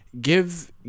Give